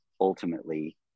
ultimately